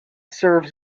serves